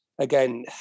again